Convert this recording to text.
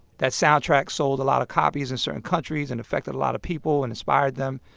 that soundtrack sold a lot of copies in certain countries and affected a lot of people and inspired them.